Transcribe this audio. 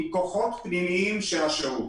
עם כוחות פנימיים של השירות.